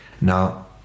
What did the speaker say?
now